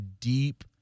deep